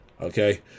okay